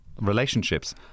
Relationships